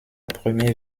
première